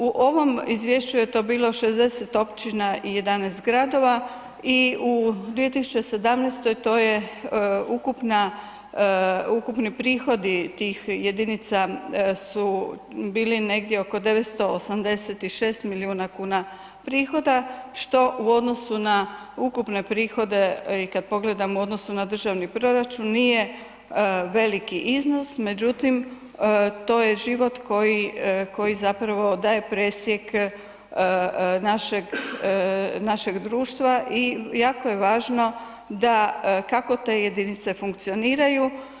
U ovom izvješću je to bilo 60 općina i 11 gradova i u 2017. to je ukupni prihodi tih jedinica su bili negdje oko 986 milijuna kuna prihoda što u odnosu na ukupne prihode i kad pogledamo u odnosu na državni proračun, nije veliki iznos, međutim to je život koji zapravo daje presjek našeg društva i jako je važno kako te jedinice funkcioniraju.